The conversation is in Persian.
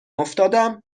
افتادم